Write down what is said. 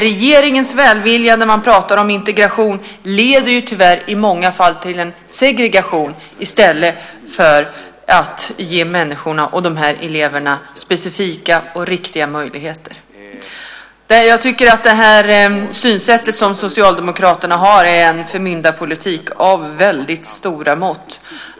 Regeringens välvilja, när man pratar om integration, leder tyvärr i många fall till en segregation i stället för att människorna och de här eleverna ges specifika och riktiga möjligheter. Jag tycker att det synsätt som Socialdemokraterna har är en förmyndarpolitik av väldigt stora mått.